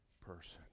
person